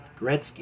Gretzky